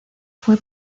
fue